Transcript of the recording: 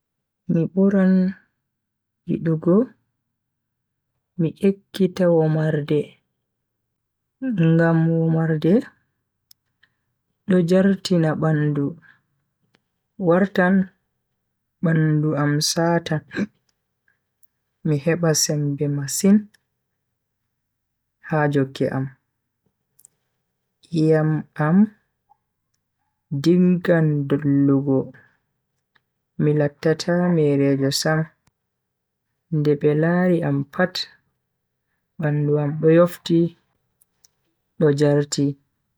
Mi buran yidugo mi ekkita womarde, ngam womarde do jartina bandu. wartan bandu am satan mi heba sembe masin ha jokke am. iyam am diggan dollugo mi lattata merejo Sam nde be lari am pat bandu am do yofti do jarti.